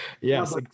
Yes